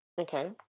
Okay